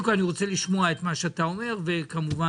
רוצה לשמוע את מה שאתה אומר וכמובן,